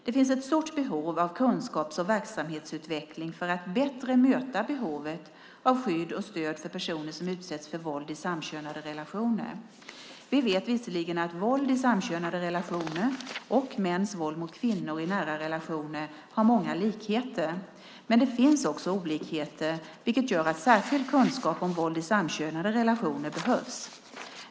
Det finns ett stort behov av kunskaps och verksamhetsutveckling för att bättre möta behovet av skydd och stöd för personer som utsätts för våld i samkönade relationer. Vi vet visserligen att våld i samkönade relationer och mäns våld mot kvinnor i nära relationer har många likheter. Men det finns också olikheter, vilket gör att särskild kunskap om våld i samkönade relationer behövs.